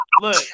look